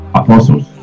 apostles